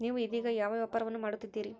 ನೇವು ಇದೇಗ ಯಾವ ವ್ಯಾಪಾರವನ್ನು ಮಾಡುತ್ತಿದ್ದೇರಿ?